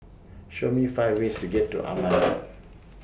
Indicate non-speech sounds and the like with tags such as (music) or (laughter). Show Me five ways to get to Amman (noise)